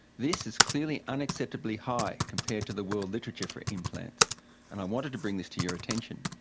this is clearly unacceptably high compared to the world literature for implants and i wanted to bring this to your attention.